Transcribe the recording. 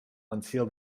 until